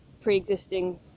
pre-existing